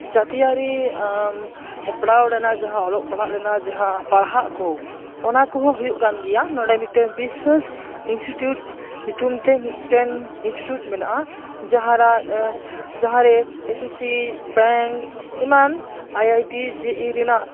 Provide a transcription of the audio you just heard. ᱡᱟᱹᱛᱤᱭᱟᱹᱨᱤ ᱦᱮᱯᱨᱟᱣ ᱨᱮᱱᱟᱜ ᱡᱟᱦᱟᱸ ᱚᱞᱚᱜ ᱯᱟᱲᱦᱟᱜ ᱨᱮᱱᱟᱜ ᱡᱟᱦᱟᱸ ᱯᱟᱲᱦᱟᱜ ᱠᱩ ᱩᱱᱟᱠᱚᱦᱚᱸ ᱦᱩᱭᱩᱜ ᱠᱟᱱ ᱜᱮᱭᱟ ᱱᱚᱸᱰᱮ ᱢᱤᱫᱴᱮᱱ ᱵᱤᱥᱥᱟᱹᱥ ᱤᱱᱥᱴᱤᱴᱤᱭᱩᱴ ᱧᱩᱛᱩᱢ ᱛᱮ ᱢᱤᱫᱴᱮᱱ ᱤᱱᱥᱴᱤᱴᱤᱭᱩᱴ ᱢᱮᱱᱟᱜᱼᱟ ᱡᱟᱦᱟᱸ ᱨᱮ ᱡᱟᱦᱟᱸ ᱨᱮ ᱮᱥᱮᱥᱥᱤ ᱵᱮᱝᱠ ᱮᱢᱟᱱ ᱟᱭᱟᱭᱴᱤ ᱡᱤᱼᱤ ᱨᱮᱱᱟᱜ